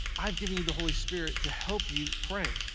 i've given you the holy spirit to help you pray.